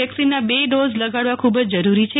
વેકસીનના બે ડોઝ લગાડવા ખુબ જ જરૂરી છે